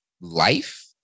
life